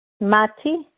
Mati